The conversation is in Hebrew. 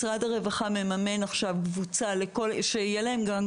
משרד הרווחה מממן עכשיו קבוצת עמיתים.